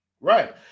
Right